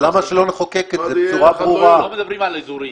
לא מדברים על אזורי.